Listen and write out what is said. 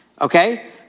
Okay